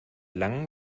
langem